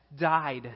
died